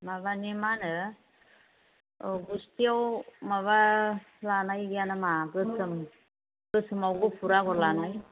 माबानि मा होनो ओ गुस्थिआव माबा लानाय गैया नामा गोसोम गोसोआव गुफुर आगर लानाय